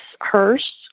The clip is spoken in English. hearse